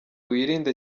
wirinde